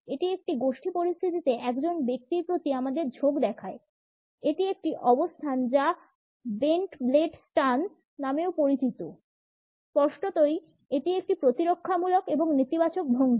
এটি একটি গোষ্ঠী পরিস্থিতিতে একজন ব্যক্তির প্রতি আমাদের ঝোঁক দেখায় এটি একটি অবস্থান যা বেন্ট ব্লেড স্টান্স নামেও পরিচিত স্পষ্টতই এটি একটি প্রতিরক্ষামূলক এবং একটি নেতিবাচক ভঙ্গি